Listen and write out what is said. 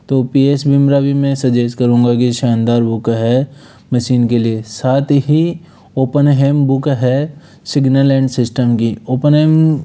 तो एस मिम्रा भी मैं सजेस्ट करूँगा की शानदार बुक है मशीन के लिये साथ ही ओपनहेम बुक है सिग्नल ऐन्ड सिस्टम की ओपनहेम